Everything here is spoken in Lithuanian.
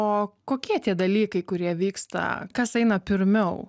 o kokie tie dalykai kurie vyksta kas eina pirmiau